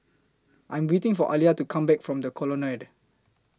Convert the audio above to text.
I Am waiting For Aliya to Come Back from The Colonnade